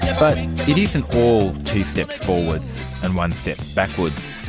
ah but it isn't all two steps forwards and one step backwards.